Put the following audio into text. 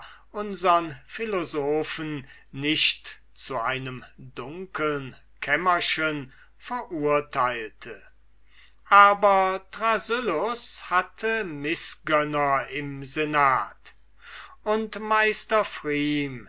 unsern philosophen nicht zu einem dunkeln kämmerchen verurteilte aber thrasyllus hatte mißgönner im senate und meister